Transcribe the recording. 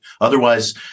Otherwise